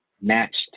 matched